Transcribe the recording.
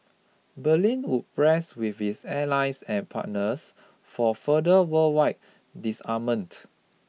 Berlin would press with its allies and partners for further worldwide disarment